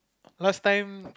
last time